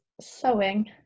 sewing